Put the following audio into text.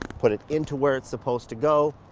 put it into where it's supposed to go,